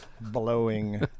blowing